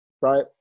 right